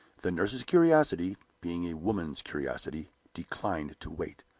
the nurse's curiosity, being a woman's curiosity, declined to wait.